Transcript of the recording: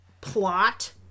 plot